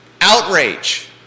Outrage